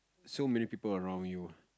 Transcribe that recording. so many people around you